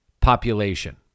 population